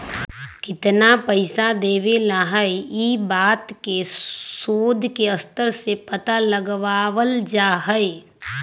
कितना पैसा देवे ला हई ई बात के शोद के स्तर से पता लगावल जा हई